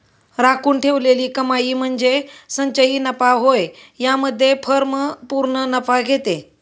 राखून ठेवलेली कमाई म्हणजे संचयी नफा होय यामध्ये फर्म पूर्ण नफा घेते